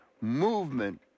movement